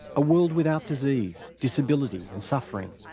a world without disease, disability and suffering.